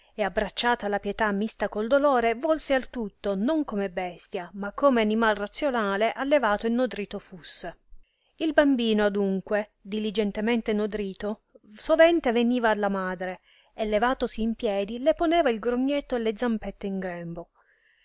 e abbracciata la pietà mista col dolore volse al tutto non come bestia ma come animai razionale allevato e nodrito fusse il bambino adunque diligentemente nodrito sovente veniva alla madre e levatosi in piedi le poneva il grognetto e le zampette in grembo